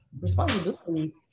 Responsibility